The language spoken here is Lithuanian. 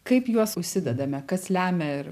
kaip juos užsidedame kas lemia ir